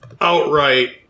outright